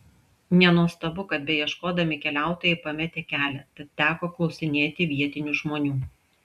nenuostabu kad beieškodami keliautojai pametė kelią tad teko klausinėti vietinių žmonių